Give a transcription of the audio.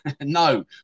No